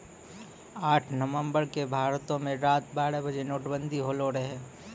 आठ नवम्बर के भारतो मे रात बारह बजे नोटबंदी होलो रहै